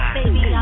baby